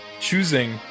choosing